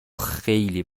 خیلی